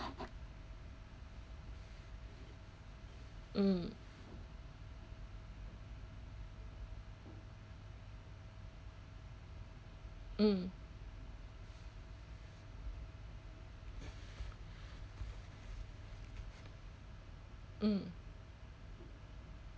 mm mm mm